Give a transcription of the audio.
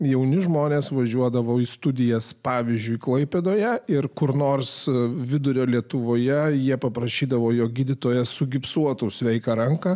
jauni žmonės važiuodavau į studijas pavyzdžiui klaipėdoje ir kur nors vidurio lietuvoje jie paprašydavo jo gydytojas sugipsuotų sveiką ranką